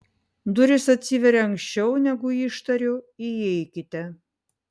durys atsiveria anksčiau negu ištariu įeikite